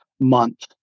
month